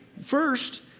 first